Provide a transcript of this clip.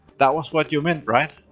that was what you meant, right?